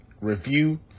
review